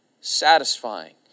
satisfying